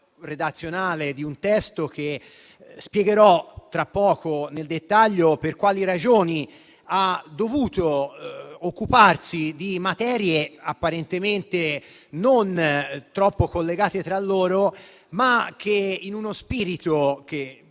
redazionale di un testo che (spiegherò tra poco nel dettaglio per quali ragioni) ha dovuto occuparsi di materie apparentemente non troppo collegate tra loro, ma che, in uno spirito che